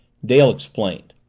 dale explained.